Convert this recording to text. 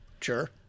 Sure